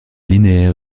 linéaire